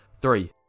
three